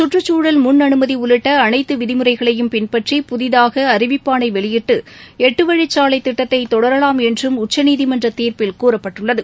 சுற்றுக்குழல் முன் அனுமதி உள்ளிட்ட அனைத்து விதிமுறைகளையும் பின்பற்றி புதிதாக அறிவிப்பாணை வெளியிட்டு எட்டுவழிச்சாலைத் திட்டத்தை தொடரவாம் என்றும் உச்சநீதிமன்ற தீர்ப்பில் கூறப்பட்டுள்ளது